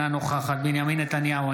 אינה נוכחת בנימין נתניהו,